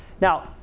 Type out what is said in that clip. Now